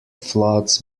floods